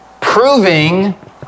proving